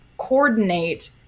coordinate